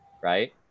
Right